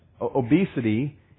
Obesity